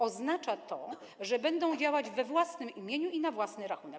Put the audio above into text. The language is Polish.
Oznacza to, że będą działać we własnym imieniu i na własny rachunek.